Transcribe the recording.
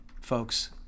folks